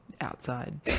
outside